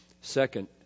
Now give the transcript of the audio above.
Second